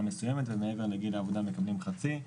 מסוימת ומעבר לגיל העבודה מקבלים חצי.